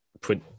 put